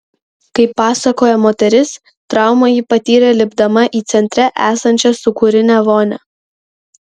kaip pasakoja moteris traumą ji patyrė lipdama į centre esančią sūkurinę vonią